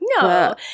no